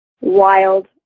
wild